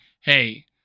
Hey